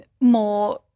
more